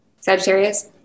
Sagittarius